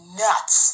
nuts